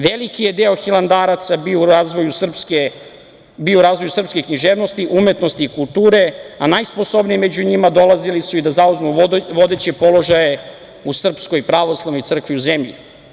Veliki je deo hilandaraca bio u razvoju srpske književnosti, umetnosti i kulture, a najsposobniji među njima dolazili su i da zauzmu vodeće položaje u Srpskoj pravoslavnoj crkvi u zemlji.